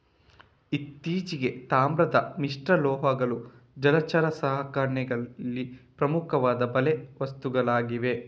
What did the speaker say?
ಇತ್ತೀಚೆಗೆ, ತಾಮ್ರದ ಮಿಶ್ರಲೋಹಗಳು ಜಲಚರ ಸಾಕಣೆಯಲ್ಲಿ ಪ್ರಮುಖವಾದ ಬಲೆ ವಸ್ತುಗಳಾಗಿವೆ